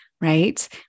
right